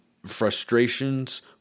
frustrations